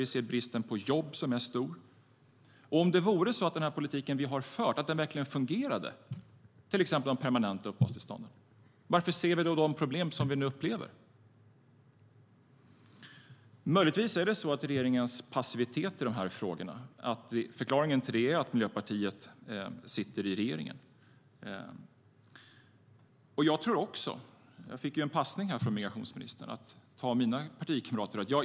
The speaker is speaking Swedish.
Vi ser den stora bristen på jobb. Om det vore så att den politik som vi har fört verkligen fungerade, till exempel de permanenta uppehållstillstånden, är frågan varför vi då ser de problem som vi nu ser. Möjligtvis är förklaringen till regeringens passivitet i de här frågorna att Miljöpartiet sitter i regeringen. Jag fick en passning av migrationsministern om mina partikamrater.